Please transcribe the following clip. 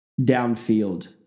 downfield